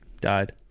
died